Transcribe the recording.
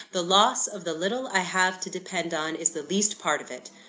the loss of the little i have to depend on, is the least part of it.